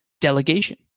delegation